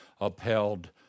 upheld